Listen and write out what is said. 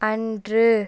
அன்று